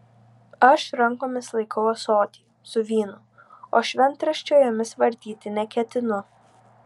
aš rankomis laikau ąsotį su vynu o šventraščio jomis vartyti neketinu